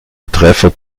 treffer